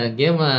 game